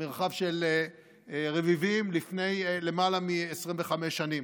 במרחב של רביבים, לפני למעלה מ-25 שנים.